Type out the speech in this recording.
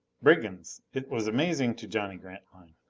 brigands! it was amazing to johnny grantline.